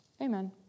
Amen